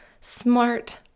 smart